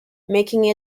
making